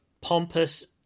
pompous